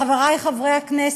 חברי חברי הכנסת,